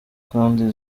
kandi